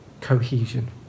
cohesion